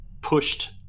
pushed